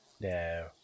no